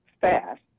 fast